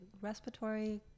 respiratory